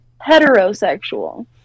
heterosexual